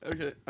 Okay